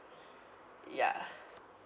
ya